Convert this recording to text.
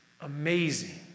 amazing